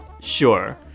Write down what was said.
Sure